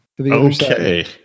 Okay